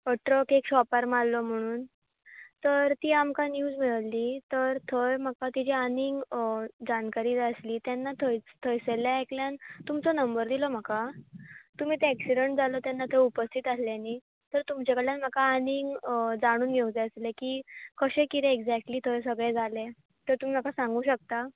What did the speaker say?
truck एक शोपार मारलो म्हणून तर ती आमकां न्यूज मेळळ्ळी तर थंय म्हाका ताची आनीक जानकारी जाय आसली तेन्ना थंयसरल्या एकल्यान तुमचो नंबर दिलो म्हाका तुमी तें एक्सिडंट जालो तेन्ना थंय उपस्थीत आहले न्ही तर तुमचे कडल्यान म्हाका आनीक जाणून घेवंक जाय आसलें की कशें कितें एक्जेक्टली थंय कितें जालें तर तुमी म्हाका सांगूंक शकता